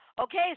Okay